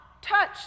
touch